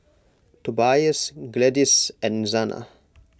Tobias Gladyce and Zana